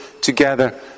together